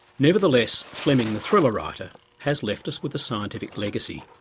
nevertheless fleming the thriller writer has left us with a scientific legacy,